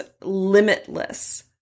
limitless